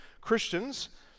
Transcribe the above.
Christians